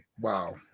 Wow